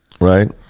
Right